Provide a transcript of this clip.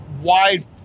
wide